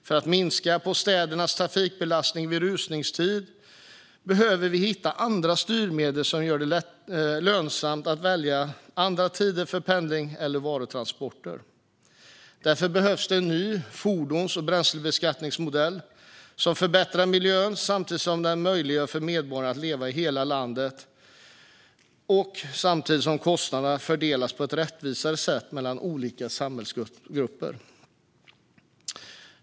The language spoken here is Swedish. För att minska städernas trafikbelastning vid rusningstid behöver vi hitta andra styrmedel som gör det lönsamt att välja andra tider för pendling eller varutransporter. Därför behövs en ny fordons och bränslebeskattningsmodell som förbättrar miljön samtidigt som den möjliggör för medborgare att leva i hela landet. Kostnaderna ska också fördelas på ett rättvisare sätt mellan olika samhällsgrupper.